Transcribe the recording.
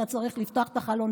אתה צריך לפתוח את החלון,